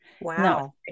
Wow